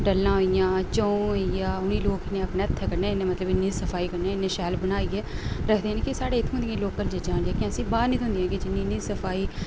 डल्लां होईयां चौं होईये अपने हत्थे कन्नै मतलव इन्नी सफाई कन्नै बनाईयै रखदे न की जे इत्थुआं दी लोकल चीजां न जेह्कियां असें बाह्र निं थोह्दियां कि जे इन्नी सफाई